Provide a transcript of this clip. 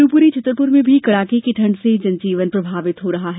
शिवपुरी छतरपुर में भी कड़ाके की ठंड से जनजीवन प्रभावित हो रहा है